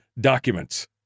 documents